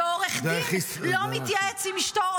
ועורך דין לא מתייעץ עם אשתו,